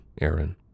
Aaron